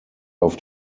auf